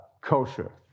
kosher